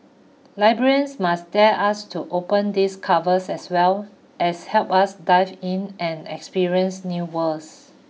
librarians must dare us to open these covers as well as help us dive in and experience new worlds